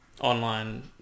Online